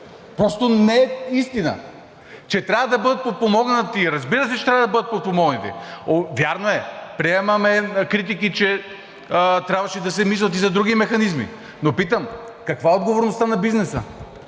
Просто не е истина. Че трябва да бъдат подпомогнати – разбира се, че трябва да бъдат подпомогнати. Вярно е, приемаме критики, че трябваше да се мисли и за други механизми. Но питам – каква е отговорността на бизнеса?